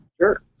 Sure